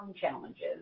challenges